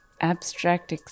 abstract